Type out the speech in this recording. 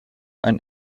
ein